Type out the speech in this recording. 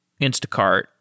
Instacart